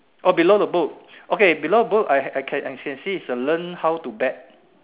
oh below the book okay below the book I can I can see is a learn how to bet